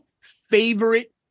favorite